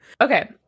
okay